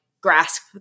grasp